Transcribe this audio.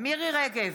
מירי מרים רגב,